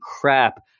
crap